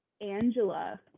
Angela